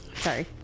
Sorry